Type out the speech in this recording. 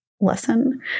lesson